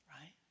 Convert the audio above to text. right